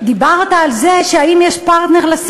דיברת על האם יש פרטנר,